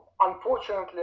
unfortunately